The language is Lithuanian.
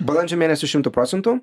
balandžio mėnesį šimtu procentų